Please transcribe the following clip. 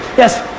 yes?